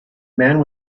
man